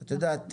את יודעת,